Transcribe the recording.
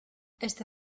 este